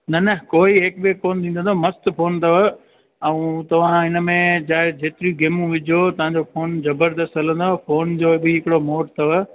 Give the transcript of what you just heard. न न कोई हैक वैक कोन थींदो अथव मस्तु फोन अथव ऐं तव्हां हिनमें चाहे जेतिरी गेमूं विझो तव्हांजो फोन ज़बरदस्तु हलंदो फोन जो बि हिकिड़ो मोड अथव